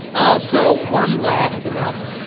also, one last announcement